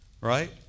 right